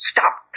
Stop